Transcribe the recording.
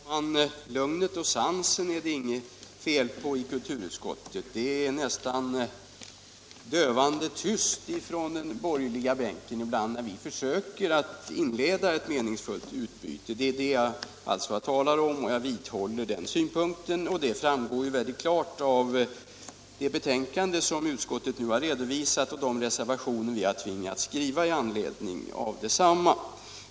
Herr talman! Lugnet och sansen är det inget fel på i kulturutskottet. Det är nästan dövande tyst från den borgerliga sidan ibland när vi försöker inleda ett meningsfullt utbyte. Det är alltså det jag talar om, och jag vidhåller den ståndpunkten. Detta framgår mycket klart av det betänkande som utskottet nu har redovisat och de reservationer vi har tvingats skriva i anledning av detsamma.